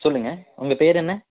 சொல்லுங்கள் உங்கள் பேர் என்ன